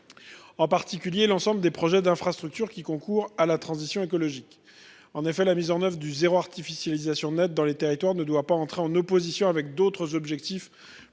En particulier l'ensemble des projets d'infrastructures qui concourent à la transition écologique. En effet, la mise en oeuvre du zéro artificialisation nette dans les territoires ne doit pas entrer en opposition avec d'autres objectifs